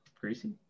Greasy